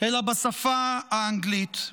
אלא בשפה האנגלית.